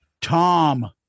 Tom